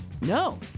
No